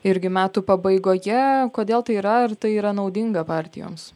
irgi metų pabaigoje kodėl tai yra ar tai yra naudinga partijoms